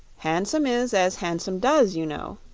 handsome is as handsome does, you know.